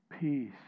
Peace